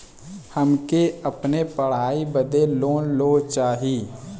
हमके अपने पढ़ाई बदे लोन लो चाही?